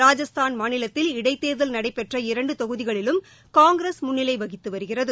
ராஜஸ்தான் மாநிலத்தில் இடைத் தேர்தல் நடைபெற்ற இரண்டு தொகுதிகளிலும் காங்கிரஸ் முன்னிலை வகித்து வருகிறது